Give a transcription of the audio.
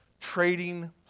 trading